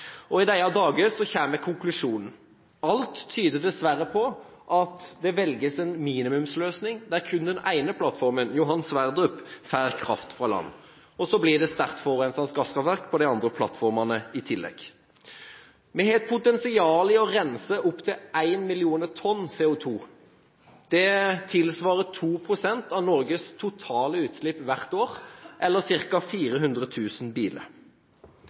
I disse dager kommer konklusjonen: Alt tyder dessverre på at det velges en minimumsløsning der kun den ene plattformen, Johan Sverdrup, får kraft fra land, og så blir det sterkt forurensende gasskraftverk på de andre plattformene. Vi har potensial til å rense opptil 1 million tonn CO2. Det tilsvarer 2 pst. av Norges totale utslipp hvert år, eller fra ca. 400 000 biler.